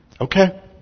okay